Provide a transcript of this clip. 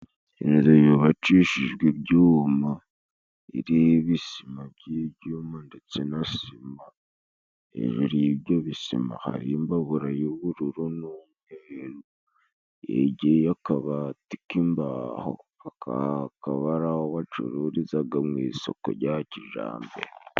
Inzu yubakishijwe ibyuma iriho ibisima by'ibyuma ndetse na sima. Hejuru y'ibyo bisima hari imbabura y'ubururu, yegeye akabati k'imbaho. Aha akaba araho bacururizaga mu isoko rya kijambere.